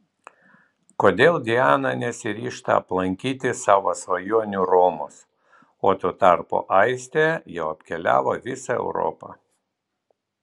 kodėl diana nesiryžta aplankyti savo svajonių romos o tuo tarpu aistė jau apkeliavo visą europą